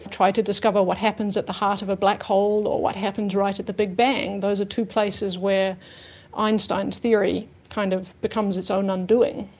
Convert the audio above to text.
try to discover what happens at the heart of a black hole or what happens right at the big bang, those are two places where einstein's theory kind of becomes its own undoing,